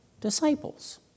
disciples